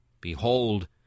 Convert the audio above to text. BEHOLD